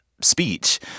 Speech